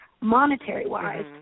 monetary-wise